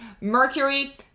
Mercury